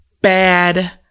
bad